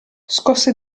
scosse